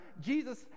jesus